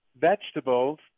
vegetables